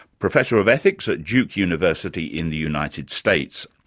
professor of ethics at duke university in the united states.